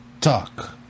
talk